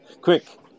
Quick